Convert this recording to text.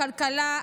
הכלכלה,